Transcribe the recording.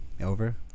Over